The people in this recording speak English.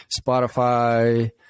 Spotify